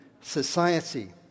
society